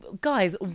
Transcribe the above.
guys